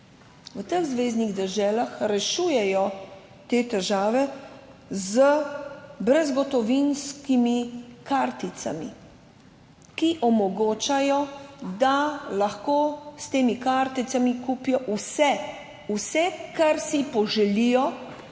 V teh zveznih deželah rešujejo te težave z brezgotovinskimi karticami, ki omogočajo, da lahko s temi karticami kupijo vse, vse, kar si poželijo,